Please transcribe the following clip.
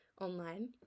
online